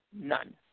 None